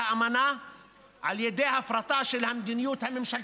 האמנה על ידי הפרטה של המדיניות הממשלתית,